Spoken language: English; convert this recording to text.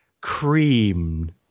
creamed